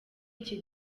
iki